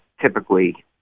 Typically